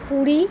Puri